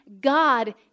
God